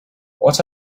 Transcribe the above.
what